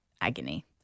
agony